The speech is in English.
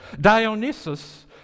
Dionysus